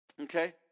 okay